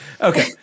Okay